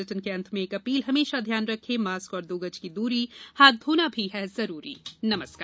bulletin के अंत में एक अपील हमेशा ध्यान रखें मास्क और दो गज की दूरी हाथ धोना भी है जरूरी नमस्कार